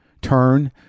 turn